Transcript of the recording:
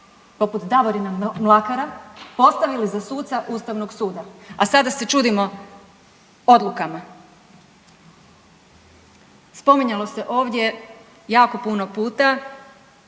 poput Davorina Mlakara postavili za suca Ustavnog suda, a sada se čudimo odlukama. Spominjalo se ovdje jako puno puta